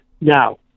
Now